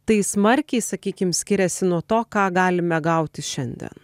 tai smarkiai sakykim skiriasi nuo to ką galime gauti šiandien